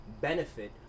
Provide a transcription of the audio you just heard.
benefit